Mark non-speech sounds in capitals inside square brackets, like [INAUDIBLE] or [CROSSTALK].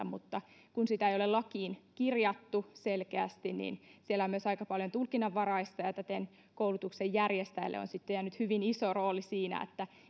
[UNINTELLIGIBLE] mutta kun sitä ei ole lakiin kirjattu selkeästi niin siellä on myös aika paljon tulkinnanvaraista ja täten koulutuksen järjestäjille on sitten jäänyt hyvin iso rooli siinä